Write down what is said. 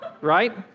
right